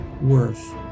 worth